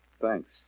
Thanks